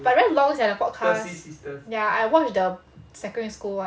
but very long sia the podcast ya I watch the secondary school one